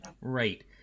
Right